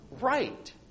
right